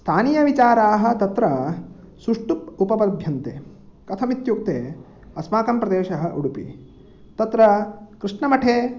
स्थानीयविचाराः तत्र सुष्टु उपपद्यन्ते कथमित्युक्ते अस्माकं प्रदेशः उडुपि तत्र कृष्णमठे